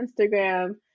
Instagram